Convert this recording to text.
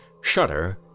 Shudder